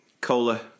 Cola